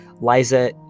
Liza